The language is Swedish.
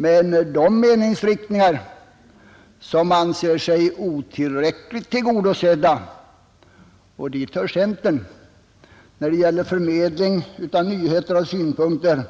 Men de meningsriktningar som anser sig otillräckligt tillgodosedda — dit hör centern — när det gäller förmedling av nyheter och synpunkter